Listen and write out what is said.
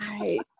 right